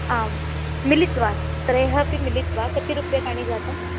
आं मिलित्वा त्रयः अपि मिलित्वा कति रूप्यकाणि जातम्